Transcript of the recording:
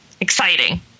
exciting